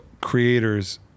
creators